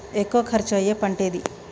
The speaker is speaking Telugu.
ఎక్కువ ఖర్చు అయ్యే పంటేది?